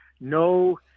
No